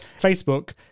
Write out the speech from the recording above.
Facebook